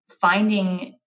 finding